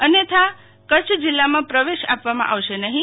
અન્યથા કચ્છ જિલ્લામાં પ્રવેશ આપવામાં આવશે નહીં